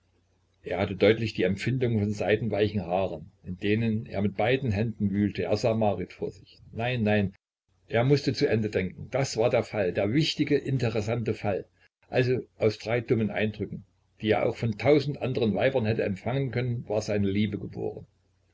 er hatte deutlich die empfindung von seidenweichen haaren in denen er mit beiden händen wühlte er sah marit vor sich nein nein er mußte zu ende denken das war der fall der wichtige interessante fall also aus drei dummen eindrücken die er auch von tausend anderen weibern hätte empfangen können war seine liebe geboren